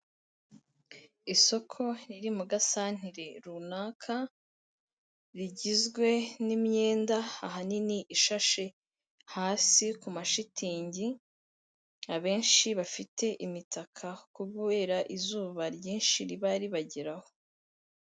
Isoko riri mu gasantiri runaka rigizwe n'imyenda ahanini ishashe hasi ku mashitingi, abenshi bafite imitaka kubera izuba ryinshi riba ribageraho.